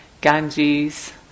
Ganges